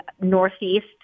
northeast